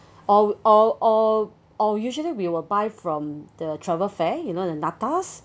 or or or or usually we will buy from the travel fair you know the NATAS